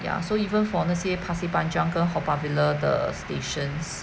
ya so even for 那些 pasir panjang 跟 haw par villa 的 stations